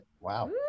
Wow